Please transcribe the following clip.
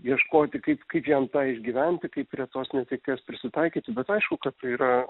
ieškoti kaip kaip jam tą išgyventi kaip prie tos netekties prisitaikyti bet aišku kad tai yra